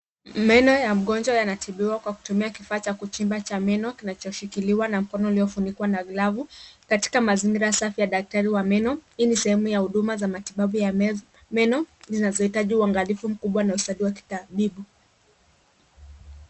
Meno ya mgonjwa yanatibiwa kwa kutumia kifaa cha kuchimba cha meno kinachoshikiliwa na mkono uliofunikwa na glavu katika mazingira safi ya daktari wa meno. Hii ni sehemu ya huduma za matibabu ya meno zinazohitaji uangalifu mkubwa na ustadi wa kitabibu.